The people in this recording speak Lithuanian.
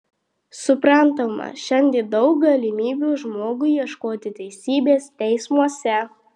suprantama šiandien daug galimybių žmogui ieškoti teisybės teismuose